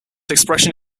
expression